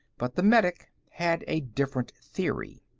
but the medic had a different theory.